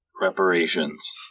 reparations